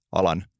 alan